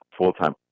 full-time